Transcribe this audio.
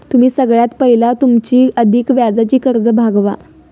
तुम्ही सगळ्यात पयला तुमची अधिक व्याजाची कर्जा भागवा